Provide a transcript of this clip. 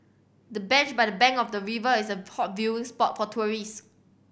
the bench by the bank of the river is a hot viewing spot for tourist